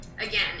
again